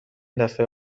دفعه